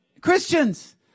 Christians